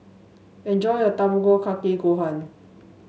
enjoy your Tamago Kake Gohan